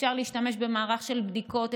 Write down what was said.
אפשר להשתמש במערך של בדיקות,